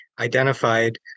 identified